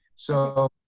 so,